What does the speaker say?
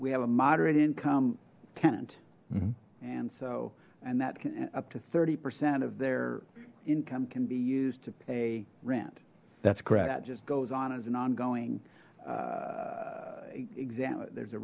we have a moderate income tenant mm hm and so and that can up to thirty percent of their income can be used to pay rent that's correct just goes on as an ongoing there's a